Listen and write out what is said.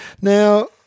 Now